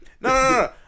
no